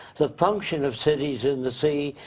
the function of cities in the sea,